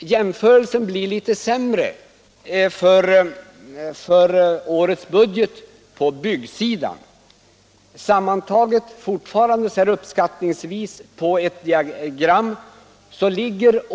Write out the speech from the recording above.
Det är alltså fråga om helt ekvivalenta tal.